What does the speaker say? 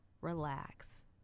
relax